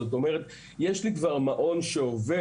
זאת אומרת, יש לי כבר מעון שעובד